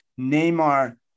neymar